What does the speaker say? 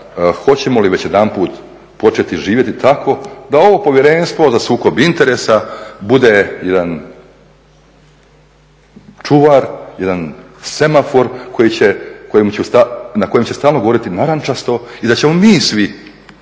hoćemo li već jedanput početi živjeti tako da ovo Povjerenstvo za sukob interesa bude jedan čuvar jedan semafor na kojem će stalno gorjeti narančasto i da ćemo mi svi,